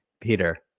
Peter